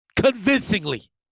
convincingly